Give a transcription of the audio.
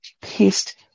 pissed